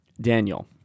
Daniel